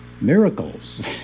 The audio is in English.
Miracles